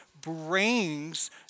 brings